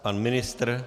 Pan ministr?